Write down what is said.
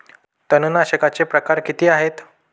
तणनाशकाचे प्रकार किती आहेत?